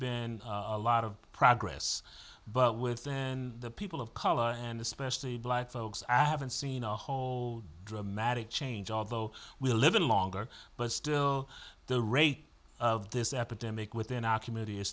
been a lot of progress but within the people of color and especially black folks i haven't seen a whole dramatic change although we're living longer but still the rate of this epidemic within our community is